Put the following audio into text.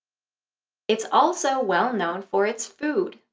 it's also well-known for its food,